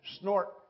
snort